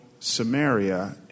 Samaria